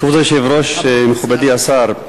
כבוד היושב-ראש, מכובדי השר,